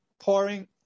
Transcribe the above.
pouring